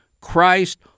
Christ